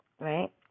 right